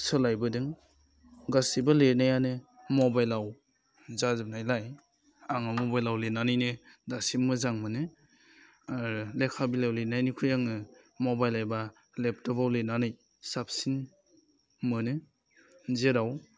सोलायबोदों गासिबो लिरनायानो मबाइलाव जाजोबनायलाय आङो मबाइलाव लिरनानैनो दासिम मोजां मोनो लेखा बिलायाव लिरनायनिख्रुइ आङो मबाइल एबा लेपटबाव लिरनानै साबसिन मोनो जेराव